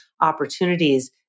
opportunities